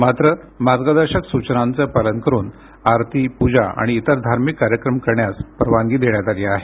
मात्र मार्गदर्शक सूचनांचं पालन करून आरती पूजा आणि इतर धार्मिक कार्यक्रम करण्यास परवानगी देण्यात आली आहे